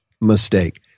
mistake